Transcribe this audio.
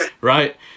right